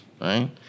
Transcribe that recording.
right